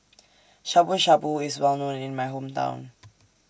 Shabu Shabu IS Well known in My Hometown